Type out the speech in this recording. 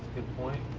good point.